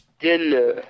dinner